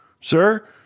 Sir